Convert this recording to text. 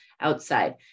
outside